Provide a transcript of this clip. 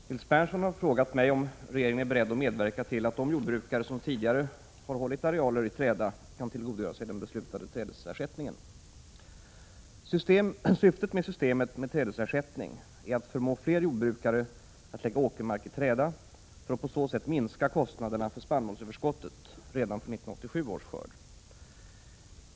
Herr talman! Nils Berndtson har frågat mig om regeringen är beredd att medverka till att de jordbrukare som tidigare hållit arealer i träda kan tillgodogöra sig den beslutade trädesersättningen. Syftet med systemet med trädesersättning är att förmå fler jordbrukare att lägga åkermark i träda för att på så sätt minska kostnaderna för spannmålsöverskottet redan från 1987 års skörd.